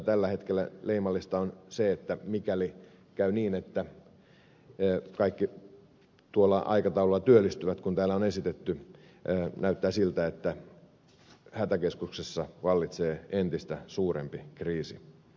tällä hetkellä leimallista on se että mikäli käy niin että kaikki tuolla aikataululla työllistyvät kuin täällä on esitetty näyttää siltä että hätäkeskuksessa vallitsee entistä suurempi kriisi